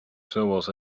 snowballs